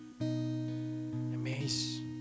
Amazed